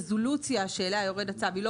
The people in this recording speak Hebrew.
הרזולוציה שאליה יורד הצו היא לא